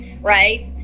Right